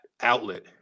outlet